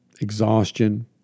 exhaustion